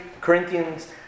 Corinthians